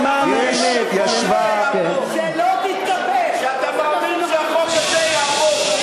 זה לא, שאתה מאמין שהחוק הזה יעבור.